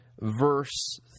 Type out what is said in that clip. verse